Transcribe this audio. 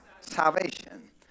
salvation